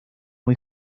muy